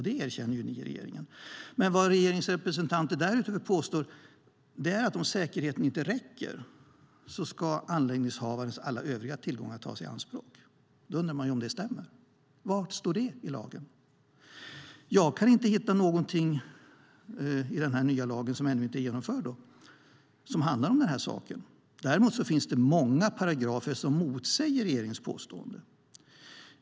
Det erkänner regeringen, men vad regeringens representanter därutöver påstår är att om säkerheten inte räcker ska anläggningshavarens alla övriga tillgångar tas i anspråk. Då undrar man om det stämmer. Var i lagen står det? Jag kan inte hitta någonting i den nya lagen, som ännu inte är genomförd, som handlar om den saken. Däremot finns det många paragrafer som motsäger regeringens påstående.